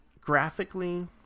Graphically